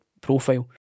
profile